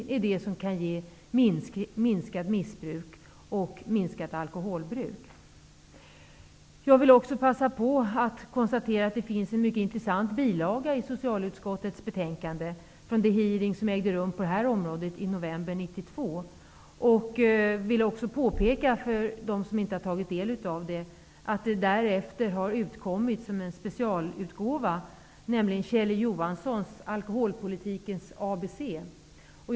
Det är det som kan ge minskat missbruk och minskat alkoholbruk. Jag vill också passa på att konstatera att det finns en mycket intressant bilaga till socialutskottets betänkande, från den hearing som ägde rum på det här området i november 1992. Jag vill också påpeka för dem som inte har tagit del av detta att Kjell E Johanssons Alkoholpolitikens ABC därefter har utkommit som specialutgåva.